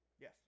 Yes